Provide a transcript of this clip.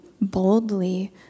boldly